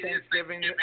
Thanksgiving